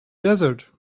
desert